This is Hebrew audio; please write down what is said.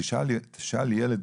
תשאל ילד